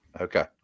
Okay